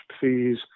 fees